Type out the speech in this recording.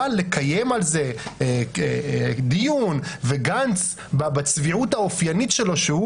אבל לקיים על זה דיון וגנץ בצביעות האופיינית שלו,